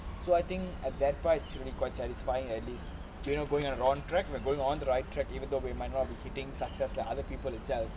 so I think at that point it's really quite satisfying at least you know going on and on track we're going on the right track even though we might not be hitting success like other people itself